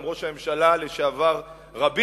גם ראש הממשלה לשעבר רבין,